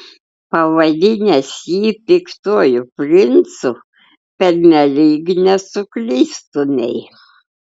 pavadinęs jį piktuoju princu pernelyg nesuklystumei